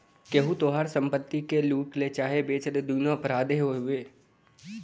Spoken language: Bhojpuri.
केहू तोहार संपत्ति के लूट ले चाहे बेच दे दुन्नो अपराधे हउवे